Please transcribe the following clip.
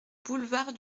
boulevard